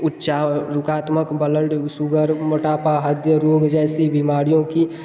ऊंचा उनकात्मक blood sugar मोटापा हृदय रोग जैसी बीमारियों की